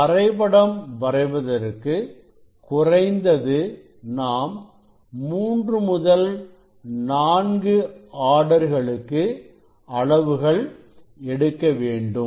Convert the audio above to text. வரைபடம் வரைவதற்கு குறைந்தது நாம் மூன்று முதல் 4 ஆர்டர்களுக்கு அளவுகள் எடுக்க வேண்டும்